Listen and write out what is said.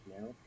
now